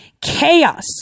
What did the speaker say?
chaos